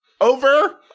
over